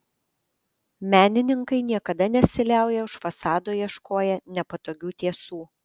menininkai niekada nesiliauja už fasado ieškoję nepatogių tiesų